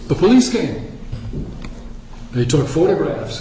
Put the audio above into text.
the police came they took photographs